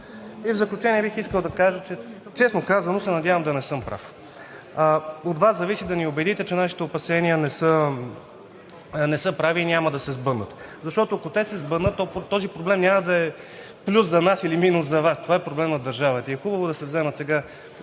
В заключение, бих искал да кажа, че, честно казано, се надявам да не съм прав. От Вас зависи да ни убедите, че нашите опасения не са прави и няма да се сбъднат. Защото, ако те се сбъднат, то този пролем няма да е плюс за нас или минус за Вас – това е проблем на държавата. Хубаво е да се вземат сега